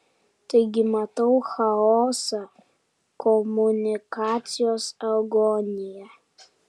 taigi matau chaosą komunikacijos agoniją